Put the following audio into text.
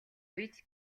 үед